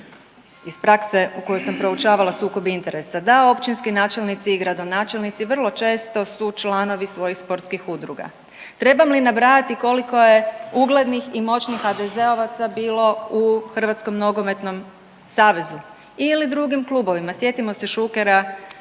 iz prakse u kojoj sam proučavala sukob interesa, da općinski načelnici i gradonačelnici vrlo često su članovi svojih sportskih udruga. Trebam li nabrajati koliko je uglednih i moćnih HDZ-ovaca bilo u Hrvatskom nogometnom savezu ili drugim klubovima, sjetimo se Šukera